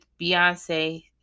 Beyonce